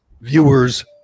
viewers